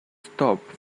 stop